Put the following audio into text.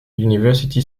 university